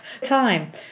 time